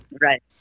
Right